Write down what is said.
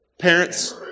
parents